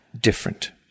different